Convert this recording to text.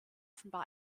offenbar